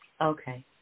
Okay